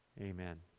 Amen